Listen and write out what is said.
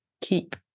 keep